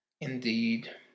Indeed